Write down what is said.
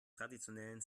traditionellen